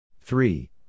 Three